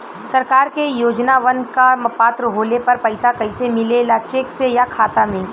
सरकार के योजनावन क पात्र होले पर पैसा कइसे मिले ला चेक से या खाता मे?